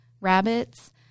rabbits